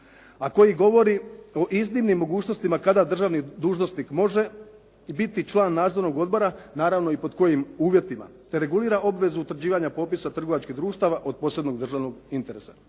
a koji govori o iznimnim mogućnostima kada državni dužnosnik može biti član nadzornog odbora, naravno i pod kojim uvjetima. Regulira obvezu utvrđivanja Popisa trgovačkih društava od posebnog državnog interesa.